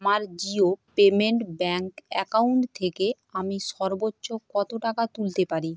আমার Jio payment bank account থেকে আমি সর্বোচ্চ কত টাকা তুলতে পারি